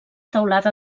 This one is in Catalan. teulada